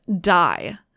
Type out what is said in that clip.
die